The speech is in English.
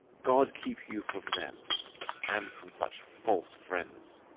god keep you from them and from such false friends!